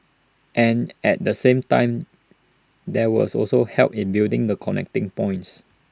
and at the same time there was also help in building the connecting points